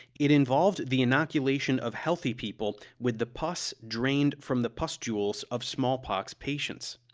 it involved the inoculation of healthy people with the pus drained from the pustules of smallpox patients.